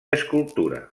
escultura